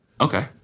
Okay